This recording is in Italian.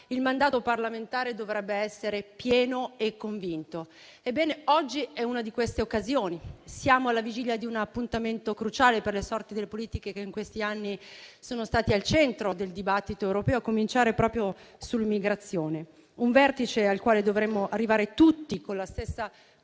il mandato parlamentare dovrebbe essere pieno e convinto. Ebbene, oggi è una di queste occasioni. Siamo alla vigilia di un appuntamento cruciale per le sorti delle politiche che in questi anni sono state al centro del dibattito europeo, a cominciare proprio dall'immigrazione; un vertice al quale dovremmo arrivare tutti con la stessa